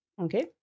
Okay